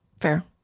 Fair